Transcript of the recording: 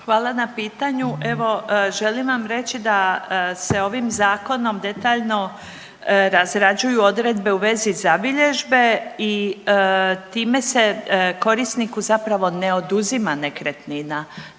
Hvala na pitanju. Evo želim vam reći da se ovim zakonom detaljno razrađuju odredbe u vezi zabilježbe i time se korisniku zapravo ne oduzima nekretnina.